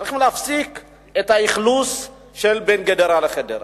צריכים להפסיק את האכלוס של בין גדרה לחדרה.